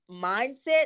mindset